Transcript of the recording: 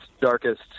darkest